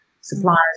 suppliers